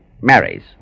Marries